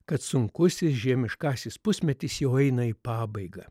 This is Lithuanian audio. kad sunkusis žiemiškasis pusmetis jau eina į pabaigą